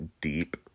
deep